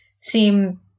seem